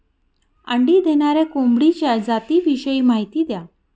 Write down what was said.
अंडी देणाऱ्या कोंबडीच्या जातिविषयी माहिती द्या